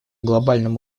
глобальном